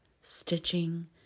stitching